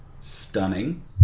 stunning